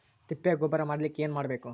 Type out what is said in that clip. ತಿಪ್ಪೆ ಗೊಬ್ಬರ ಮಾಡಲಿಕ ಏನ್ ಮಾಡಬೇಕು?